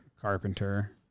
Carpenter